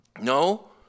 No